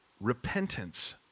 repentance